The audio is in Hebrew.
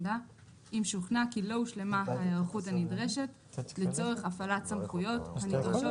אם שוכנע כי לא הושלמה ההיערכות הנדרשת לצורך הפעלת סמכויות הנדרשות